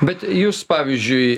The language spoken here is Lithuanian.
bet jūs pavyzdžiui